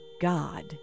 God